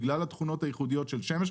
בגלל התכונות הייחודיות של שמש,